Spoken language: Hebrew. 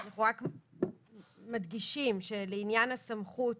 אנחנו רק מדגישים שלעניין הסמכות